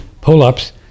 pull-ups